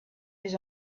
his